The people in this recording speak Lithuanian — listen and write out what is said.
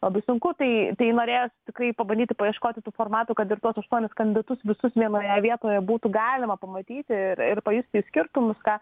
labai sunku tai tai norėjosi tikrai pabandyti paieškoti tų formatų kad ir tuos aštuonis kandidatus visus vienoje vietoje būtų galima pamatyti ir ir pajusti jų skirtumus ką